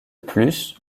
plus